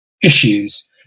issues